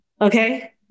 Okay